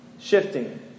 shifting